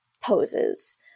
poses